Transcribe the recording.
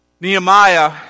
Nehemiah